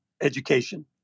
education